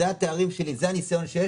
אלה התארים שלי,